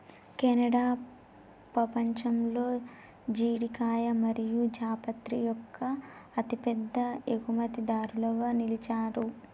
Canada పపంచంలో జీడికాయ మరియు జాపత్రి యొక్క అతిపెద్ద ఎగుమతిదారులుగా నిలిచారు